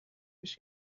биш